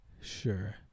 Sure